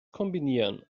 kombinieren